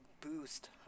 boost